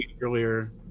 earlier